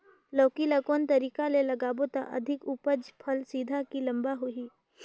लौकी ल कौन तरीका ले लगाबो त अधिक उपज फल सीधा की लम्बा होही?